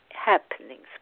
happenings